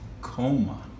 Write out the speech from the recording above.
coma